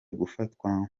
gufatwa